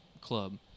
club